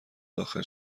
داخل